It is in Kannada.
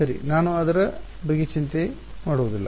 ಸರಿ ನಾನು ಅದರ ಬಗ್ಗೆ ಚಿಂತಿಸುವುದಿಲ್ಲ